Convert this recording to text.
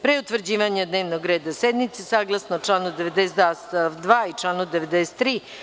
Pre utvrđivanja dnevnog reda sednice saglasno članu 92. stav 2. i članu 93.